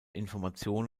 information